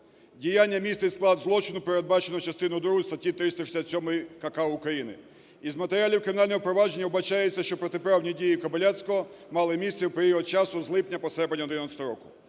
діяння містить склад злочину, передбаченого частиною другою статті 367 КК України. Із матеріалів кримінального провадження вбачається, що протиправні дії Кобиляцького мали місце в період часу з липня по серпень 2011 року".